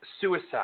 suicide